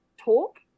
talk